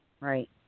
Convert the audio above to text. Right